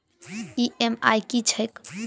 EMI की छैक?